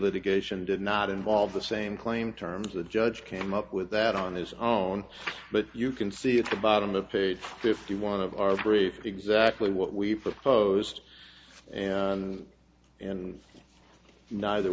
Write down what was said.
litigation did not involve the same claim terms the judge came up with that on his own but you can see at the bottom of page fifty one of our brief exactly what we proposed and neither